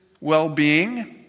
well-being